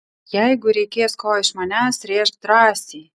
jeigu reikės ko iš manęs rėžk drąsiai